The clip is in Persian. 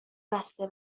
بسته